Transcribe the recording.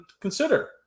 consider